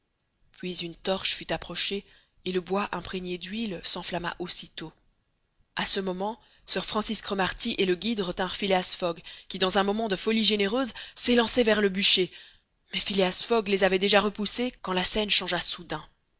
puis une torche fut approchée et le bois imprégné d'huile s'enflamma aussitôt a ce moment sir francis cromarty et le guide retinrent phileas fogg qui dans un moment de folie généreuse s'élançait vers le bûcher mais phileas fogg les avait déjà repoussés quand la scène changea soudain